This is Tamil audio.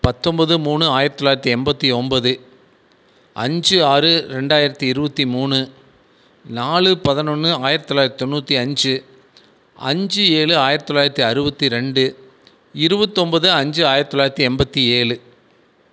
பத்தொம்பது மூணு ஆயிரத்தி தொள்ளாயிரத்தி எண்பத்தி ஒன்பது அஞ்சு ஆறு ரெண்டாயிரத்தி இருபத்தி மூணு நாலு பதினொன்று ஆயிரத்தி தொள்ளாயிரத்தி தொண்ணூற்றி அஞ்சு அஞ்சு ஏழு ஆயிரத்தி தொள்ளாயிரத்தி அறுபத்தி ரெண்டு இருவத்தொம்பது அஞ்சு ஆயிரத்தி தொள்ளாயிரத்தி எண்பத்தி ஏழு